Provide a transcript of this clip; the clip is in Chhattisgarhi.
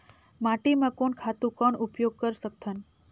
माटी म कोन खातु कौन उपयोग कर सकथन?